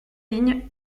lignes